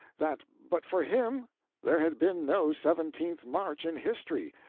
that but for him there had been no seventeenth march in history,